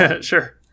Sure